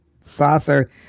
saucer